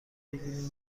بگیرن